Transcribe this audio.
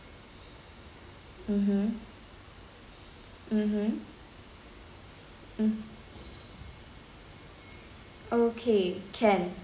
mmhmm mmhmm mm okay can